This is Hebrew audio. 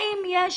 האם יש